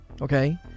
okay